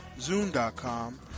Zoom.com